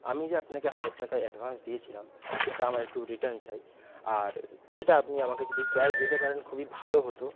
আমি যে আপনাকে হাজার টাকা অ্যাডভান্স দিয়েছিলাম সেটা আমার একটু রিটার্ন চাই আর সেটা আপনি আমাকে যদি ক্যাশ দিতে পারেন খুবই ভালো হত